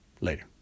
Later